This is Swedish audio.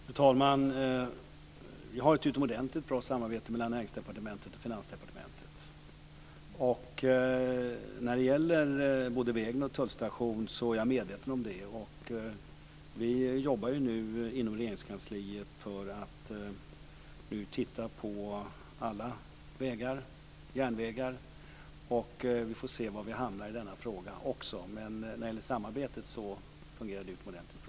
Fru talman! Vi har ett utomordentligt bra samarbete mellan Näringsdepartementet och Finansdepartementet. Jag är medveten om situationen när det gäller både vägen och tullstationen. Vi jobbar nu inom Regeringskansliet för att titta på alla vägar och järnvägar. Vi får se var vi hamnar också i denna fråga. Samarbetet fungerar i alla fall utomordentligt bra.